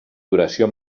duració